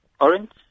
orange